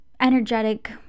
energetic